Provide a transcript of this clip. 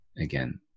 again